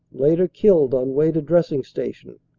later killed on way to dressing station.